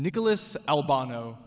nicholas albino